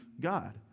God